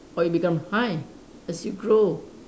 or it become high as you grow